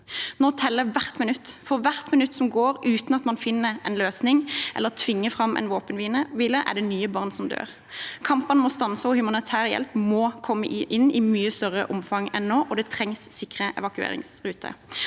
Nå teller hvert minutt. For hvert minutt som går uten at man finner en løsning eller tvinger fram en våpenhvile, er det nye barn som dør. Kampene må stanse, humanitær hjelp må i mye større omfang enn nå komme inn, og det trengs sikre evakueringsruter.